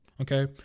Okay